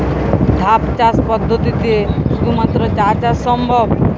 ধাপ চাষ পদ্ধতিতে শুধুমাত্র চা চাষ সম্ভব?